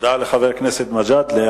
תודה לחבר הכנסת מג'אדלה.